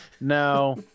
No